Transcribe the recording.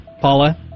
Paula